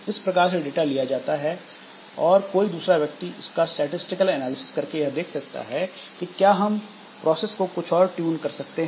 इस प्रकार से डाटा लिया जाता है और कोई दूसरा व्यक्ति इसका स्टैटिसटिकल एनालिसिस करके यह देख सकता है कि क्या हम प्रोसेस को कुछ और ट्यून कर सकते हैं